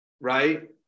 right